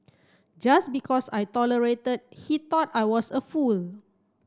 just because I tolerated he thought I was a fool